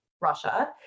Russia